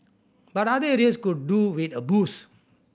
but other areas could do with a boost